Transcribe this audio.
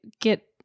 get